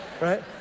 right